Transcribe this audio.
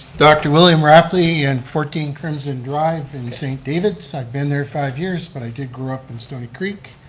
dr. william rapley in fourteen crimson drive in st. davids. i've been there five years, but i did grow up in stoney creek,